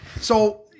So-